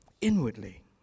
inwardly